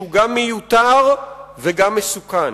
שהוא גם מיותר וגם מסוכן,